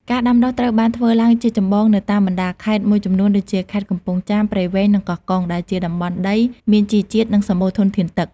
ការដាំដុះត្រូវបានធ្វើឡើងជាចម្បងនៅតាមបណ្តាខេត្តមួយចំនួនដូចជា ខេត្តកំពង់ចាម ព្រៃវែង និងកោះកុង ដែលជាតំបន់ដីមានជីជាតិ និងសម្បូរធនធានទឹក។